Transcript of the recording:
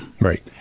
Right